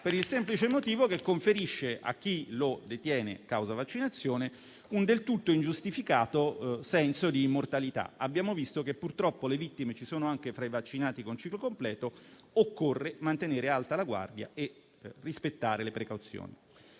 per il semplice motivo che conferisce a chi lo detiene, causa vaccinazione, un del tutto ingiustificato senso di immortalità. Abbiamo visto che purtroppo le vittime ci sono anche tra i vaccinati con ciclo completo: occorre mantenere alta la guardia e rispettare le precauzioni.